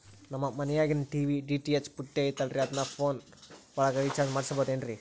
ನಮ್ಮ ಮನಿಯಾಗಿನ TV DTH ಪುಟ್ಟಿ ಐತಲ್ರೇ ಅದನ್ನ ನನ್ನ ಪೋನ್ ಒಳಗ ರೇಚಾರ್ಜ ಮಾಡಸಿಬಹುದೇನ್ರಿ?